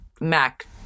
Mac